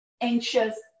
anxious